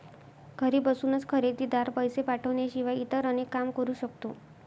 घरी बसूनच खरेदीदार, पैसे पाठवण्याशिवाय इतर अनेक काम करू शकतो